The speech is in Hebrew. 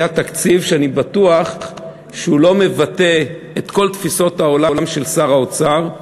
תקציב שאני בטוח שהוא לא מבטא את כל תפיסות העולם של שר האוצר.